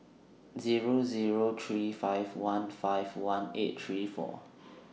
Zero Zero three five one five one eight three four